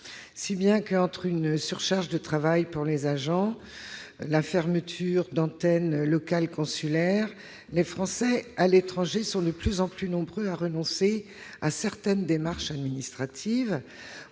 expatriés. Entre une surcharge de travail pour les agents et la fermeture d'antennes locales consulaires, les Français à l'étranger sont de plus en plus nombreux à renoncer à certaines démarches administratives.